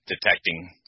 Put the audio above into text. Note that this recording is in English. detecting